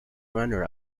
runner